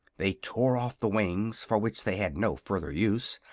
they tore off the wings, for which they had no further use,